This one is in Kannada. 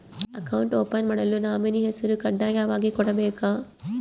ಅಕೌಂಟ್ ಓಪನ್ ಮಾಡಲು ನಾಮಿನಿ ಹೆಸರು ಕಡ್ಡಾಯವಾಗಿ ಕೊಡಬೇಕಾ?